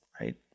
right